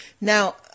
Now